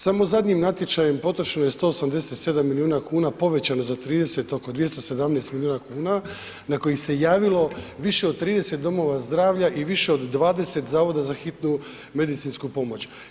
Samo zadnjim natječajem potrošeno je 187 milijuna kuna povećano za 30, oko 217 milijuna kuna, na koji se javilo više od 30 domova zdravlja i više od 20 zavoda za hitnu medicinsku pomoć.